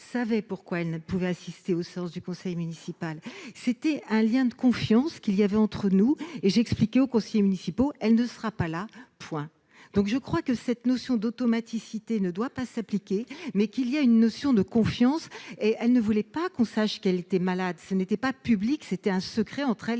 savait pourquoi elle ne pouvaient assister aux séances du conseil municipal, c'était un lien de confiance qu'il y avait entre nous et j'ai expliqué aux conseillers municipaux, elle ne sera pas là point donc je crois que cette notion d'automaticité ne doit pas s'appliquer, mais qu'il y a une notion de confiance et elle ne voulait pas qu'on sache qu'elle était malade, ce n'était pas public, c'était un secret entre elle